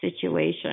situation